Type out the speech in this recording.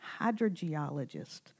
hydrogeologist